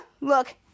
look